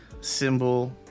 symbol